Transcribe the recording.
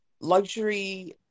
luxury